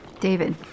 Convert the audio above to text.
David